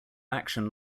action